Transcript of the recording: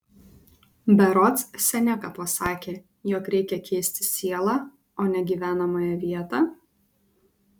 berods seneka pasakė jog reikia keisti sielą o ne gyvenamąją vietą